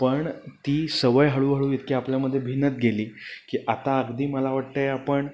पण ती सवय हळूहळू इतकी आपल्यामध्ये भिनत गेली की आता अगदी मला वाटते आपण